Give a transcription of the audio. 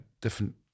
different